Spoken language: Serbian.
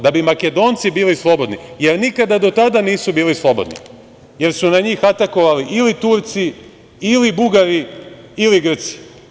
Da bi Makedonci bili slobodni, jer nikada do tada nisu bili slobodni, jer su na njih atakovali ili Turci ili Bugari ili Grci.